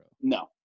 No